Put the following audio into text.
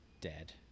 dead